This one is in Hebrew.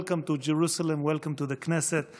Welcome to the Knesset, welcome to Jerusalem.